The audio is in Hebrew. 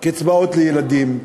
קצבאות לילדים,